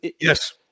yes